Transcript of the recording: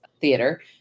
theater